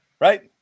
Right